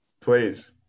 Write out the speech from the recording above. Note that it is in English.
Please